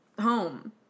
home